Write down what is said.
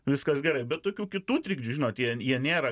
viskas gerai bet tokių kitų trikdžių žinot jie jie nėra